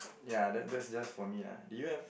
ya that that's just for me lah do you have